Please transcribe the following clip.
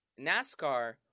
NASCAR